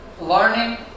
learning